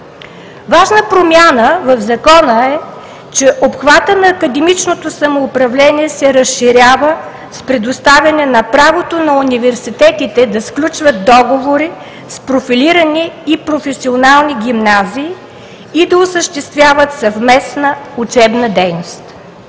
Важна промяна в Закона е, че обхватът на академичното самоуправление се разширява с предоставяне на правото на университетите да сключват договори с профилирани и професионални гимназии и да осъществяват съвместна учебна дейност.